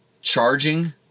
charging